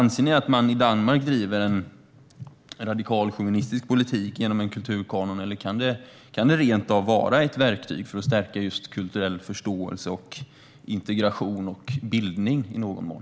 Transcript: Anser ni att man i Danmark driver en radikal, chauvinistisk politik genom en kulturkanon, eller kan detta rent av vara ett verktyg för att stärka kulturell förståelse, integration och bildning i någon mån?